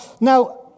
Now